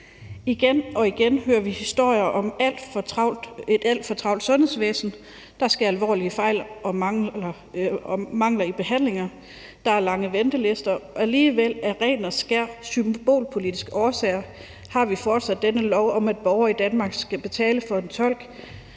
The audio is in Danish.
Igen og igen hører vi historier om et alt for travlt sundhedsvæsen. Der sker alvorlige fejl og mangler i behandlinger. Der er lange ventelister, og alligevel har vi af rene og skære symbolpolitiske årsager fortsat denne lov om, at borgere i Danmark skal betale for en tolk